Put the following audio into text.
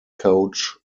coach